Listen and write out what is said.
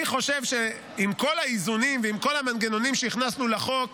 אני חושב שעם כל האיזונים ועם כל המנגנונים שהכנסנו לחוק